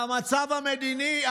למצב המדיני?